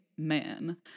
man